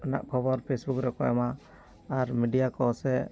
ᱨᱮᱱᱟᱜ ᱠᱷᱚᱵᱚᱨ ᱯᱷᱮᱥᱵᱩᱠ ᱨᱮᱠᱚ ᱮᱢᱟ ᱟᱨ ᱢᱤᱰᱤᱭᱟ ᱠᱚ ᱥᱮ